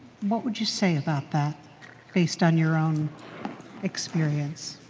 what would you say about that based on your own experience?